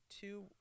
Two